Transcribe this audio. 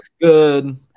good